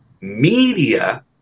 media